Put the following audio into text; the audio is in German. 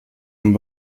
und